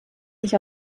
sich